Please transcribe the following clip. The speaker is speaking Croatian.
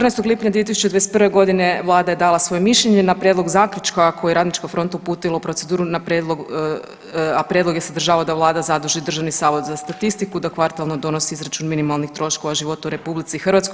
14. lipnja 2021. godine vlada je dala svoje mišljenje na prijedlog zaključka koji je Radnička fronta uputila u proceduru na prijedlog, a prijedlog je sadržavao da vlada zaduži Državni zavod za statistiku da kvartalno donosi izračun minimalnih troškova života u RH.